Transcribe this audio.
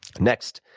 next.